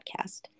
podcast